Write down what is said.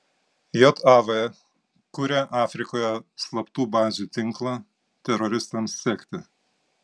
jav kuria afrikoje slaptų bazių tinklą teroristams sekti